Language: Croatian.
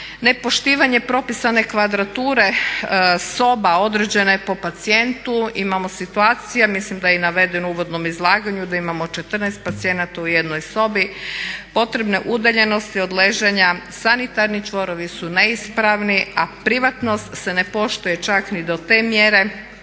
nepoštivanje propisane kvadrature soba određene po pacijentu. Imamo situacija mislim da je i navedeno u uvodnom izlaganju da imamo 14 pacijenata u jednoj sobi, potrebne udaljenosti od ležanja, sanitarni čvorovi su neispravni, a privatnost se ne poštuje čak ni do te mjere